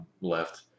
left